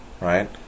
right